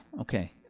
okay